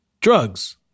drugs